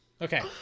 Okay